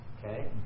Okay